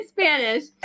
Spanish